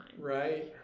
Right